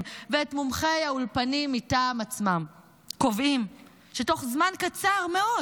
ואת מומחי האולפנים מטעם עצמם קובעים שתוך זמן קצר מאוד